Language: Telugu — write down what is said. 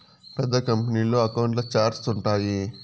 పెద్ద కంపెనీల్లో అకౌంట్ల ఛార్ట్స్ ఉంటాయి